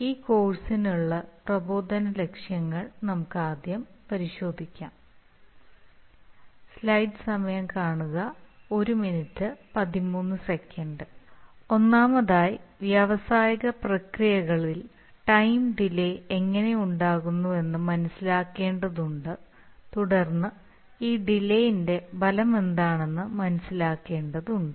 ഈ കോഴ്സിനുള്ള പ്രബോധന ലക്ഷ്യങ്ങൾ നമുക്ക് ആദ്യം പരിശോധിക്കാം ഒന്നാമതായി വ്യാവസായിക പ്രക്രിയകളിൽ ടൈം ഡിലേ എങ്ങനെ ഉണ്ടാകുന്നുവെന്ന് മനസിലാക്കേണ്ടതുണ്ട് തുടർന്ന് ഈ ഡിലേന്റെ ഫലമെന്താണെന്ന് മനസിലാക്കേണ്ടതുണ്ട്